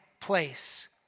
place